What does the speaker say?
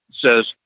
says